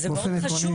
זה מאוד חשוב,